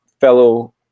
fellow